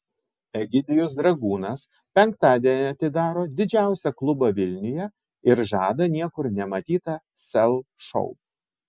egidijus dragūnas penktadienį atidaro didžiausią klubą vilniuje ir žada niekur nematytą sel šou